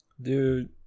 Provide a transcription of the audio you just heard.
Dude